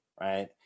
right